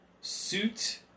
suit